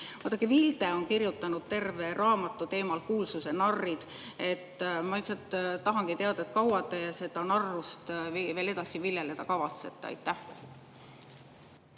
toim] on kirjutanud terve raamatu teemal "Kuulsuse narrid". Ma tahangi teada, et kui kaua te seda narrust veel edasi viljeleda kavatsete. Aitäh!